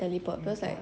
teleport cause like